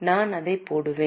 நான் அதை போடுவேன்